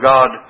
God